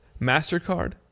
MasterCard